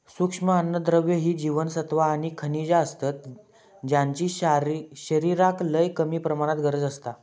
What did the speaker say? सूक्ष्म अन्नद्रव्य ही जीवनसत्वा आणि खनिजा असतत ज्यांची शरीराक लय कमी प्रमाणात गरज असता